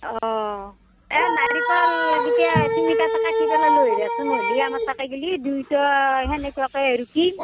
অ এ নাৰিকলগিটা তুমি তাতে কাটি পেলাই লৈ আহিবাচোন নহ'লি আমাৰ তাতে গেলি দুইটা সেনেকুৱাকৈ ৰুকিম